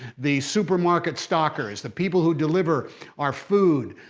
the supermarket stockers, the people who deliver our food,